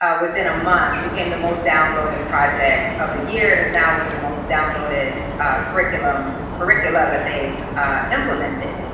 ah within a month, became the most downloaded project of the year and is now one of the most downloaded curricula um curricula that they've implemented.